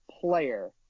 player